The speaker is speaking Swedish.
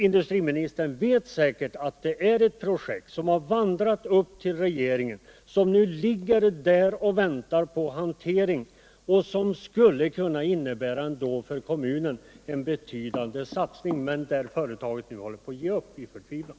Industriministern vet säkert att det är ett projekt som har vandrat upp till regeringen, som nu ligger där och väntar på hantering och som skulle kunna innebära en betydande satsning för kommunen. Men företaget håller nu på att ge upp i förtvivlan.